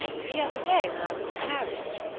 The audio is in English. the other day when i was in paris,